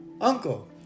uncle